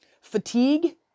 fatigue